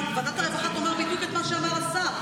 מה, ועדת הרווחה תאמר בדיוק את מה שאמר השר.